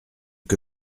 que